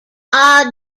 odd